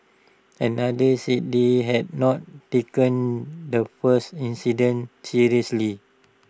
another said they had not taken the first incident seriously